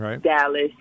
Dallas